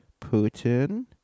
Putin